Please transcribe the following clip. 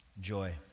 joy